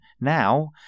now